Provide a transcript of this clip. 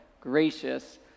gracious